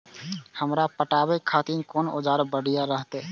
हमरा पटावे खातिर कोन औजार बढ़िया रहते?